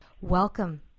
Welcome